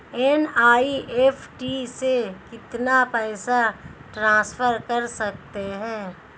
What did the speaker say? NEFT से कितना पैसा ट्रांसफर कर सकते हैं?